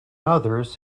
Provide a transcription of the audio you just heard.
others